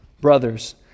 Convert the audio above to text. brothers